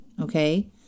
Okay